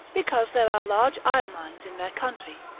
because there are large iron mines in their country,